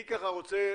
אני רוצה,